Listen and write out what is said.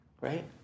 right